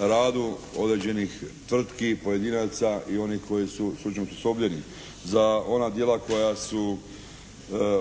radu određenih tvrtki, pojedinaca i onih koji su stručno osposobljeni. Za ona djela koja su